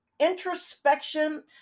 introspection